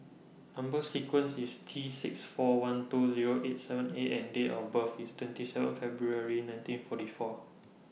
Number sequence IS T six four one two Zero eight seven A and Date of birth IS twenty seven February nineteen forty four